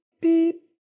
beep